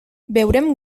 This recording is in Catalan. veurem